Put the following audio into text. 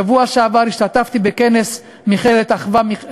בשבוע שעבר השתתפתי בכנס מכללת "אחווה",